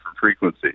frequency